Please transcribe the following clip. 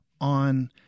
on